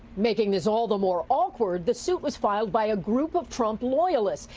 making this all the more awkward, the suit was filed by a group of trump loyalists,